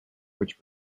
which